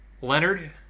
Leonard